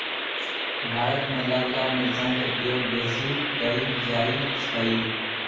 भारत में ललका मिरचाई के प्रयोग बेशी कएल जाइ छइ